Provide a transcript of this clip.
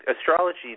astrology